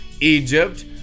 Egypt